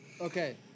okay